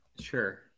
sure